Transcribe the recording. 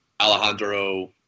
Alejandro